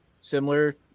similar